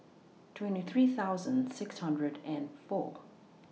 twenty three thousand six hundred and four